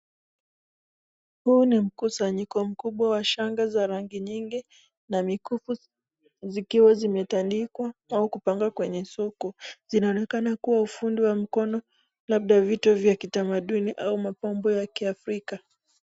Huu ni mkusanyiko mkubwa wa shanga za rangi nyingi na mikufu zikiwa zimetandikwa au kupangwa kwenye soko. Zinaonekana kuwa ufundi wa mkono, labda vitu vya kitamaduni au mapambo ya kiafrika.